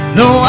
no